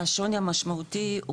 השוני המשמעותי הוא